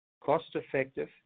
cost-effective